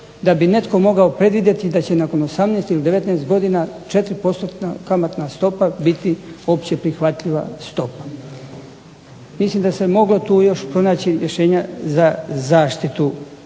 da bi netko mogao predvidjeti da će nakon 18 ili 19 godina 4 postotna kamatna stopa biti općeprihvatljiva stopa. Mislim da se moglo tu još pronaći rješenja za zaštitu